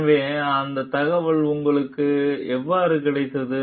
எனவே அந்த தகவல் உங்களுக்கு எவ்வாறு கிடைத்தது